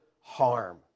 harm